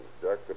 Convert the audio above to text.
Jack